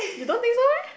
you don't think so meh